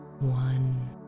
one